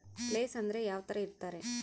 Place ಅಂದ್ರೆ ಯಾವ್ತರ ಇರ್ತಾರೆ?